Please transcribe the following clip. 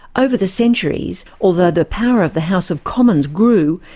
over the centuries, although the power of the house of commons grew,